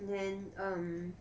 then um